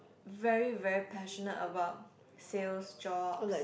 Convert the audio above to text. very very passionate about sales jobs